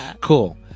Cool